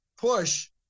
push